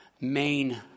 main